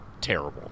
terrible